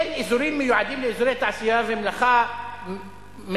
אין אזורים מיועדים לאזורי תעשייה ומלאכה מיוחדים,